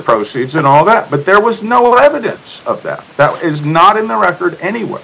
proceeds and all that but there was no evidence of that that is not in the record anyway